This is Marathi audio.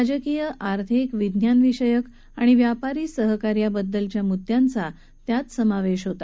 राजकीय आर्थिक विज्ञान विषयक आणि व्यापारी सहकार्याबद्दलच्या मुद्यांचा त्यात समावेश होता